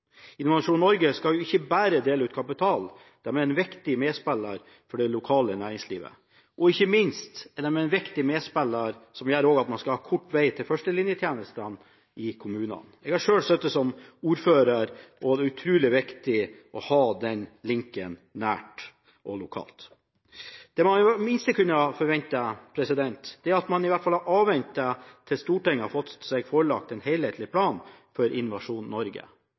Innovasjon Norge skal jo ikke bare dele ut kapital, de er en viktig medspiller for det lokale næringslivet, og ikke minst er de en viktig medspiller som gjør at man skal ha kort vei til førstelinjetjenestene i kommunene. Jeg har selv sittet som ordfører, og det er utrolig viktig å ha den linken nært og lokalt. Det man i det minste kunne ha forventet, var at man i hvert fall avventet til Stortinget hadde fått seg forelagt en helhetlig plan for Innovasjon Norge.